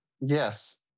yes